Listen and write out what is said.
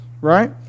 right